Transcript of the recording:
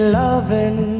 loving